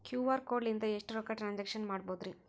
QR code ಲಿಂದ ಎಷ್ಟ ರೊಕ್ಕ ಟ್ರಾನ್ಸ್ಯಾಕ್ಷನ ಮಾಡ್ಬೋದ್ರಿ?